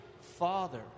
Father